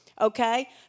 Okay